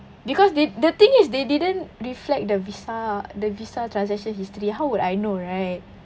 because the the thing is they didn't reflect the Visa the Visa transaction history how would I know right